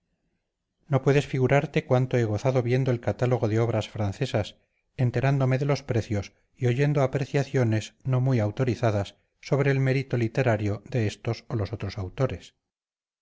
no puedes figurarte cuánto he gozado viendo el catálogo de obras francesas enterándome de los precios y oyendo apreciaciones no muy autorizadas sobre el mérito literario de estos o los otros autores